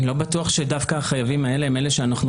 אני לא בטוח שדווקא החייבים האלה הם אלה שאנחנו